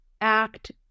act